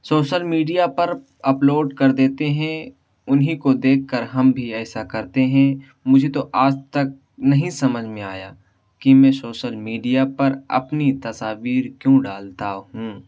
social media پر upload کر دیتے ہیں انہیں کو دیکھ کر ہم بھی ایسا کرتے ہیں مجھے تو آج تک نہیں سمجھ میں آیا کہ میں سوشل میڈیا پر اپنی تصاویر کیوں ڈالتا ہوں